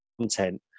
content